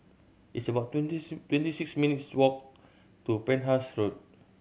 it's about twenty twenty six minutes' walk to Penhas Road